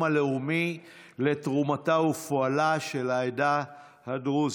הלאומי לתרומתה ופועלה של העדה הדרוזית,